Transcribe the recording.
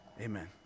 Amen